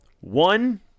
one